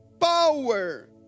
power